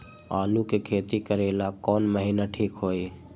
आलू के खेती करेला कौन महीना ठीक होई?